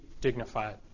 dignified